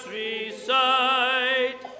recite